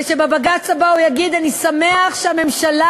ושבבג"ץ הבא הוא יגיד: אני שמח שהממשלה